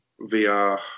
VR